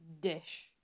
dish